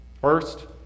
First